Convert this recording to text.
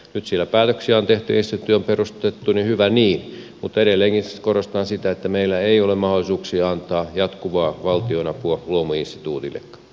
nyt siellä päätöksiä on tehty instituutti on perustettu hyvä niin mutta edelleenkin siis korostan sitä että meillä ei ole mahdollisuuksia antaa jatkuvaa valtionapua luomuinstituutillekaan